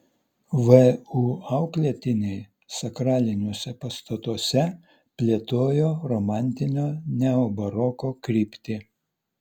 vu auklėtiniai sakraliniuose pastatuose plėtojo romantinio neobaroko kryptį